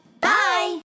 Bye